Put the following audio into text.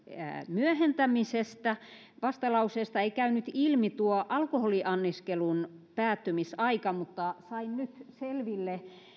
myöhentämisestä vastalauseesta ei käynyt ilmi tuo alkoholianniskelun päättymisaika mutta sain nyt selville